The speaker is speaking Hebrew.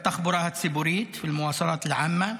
בתחבורה הציבורית (אומר את המושג בערבית),